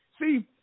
See